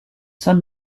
sun